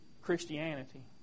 Christianity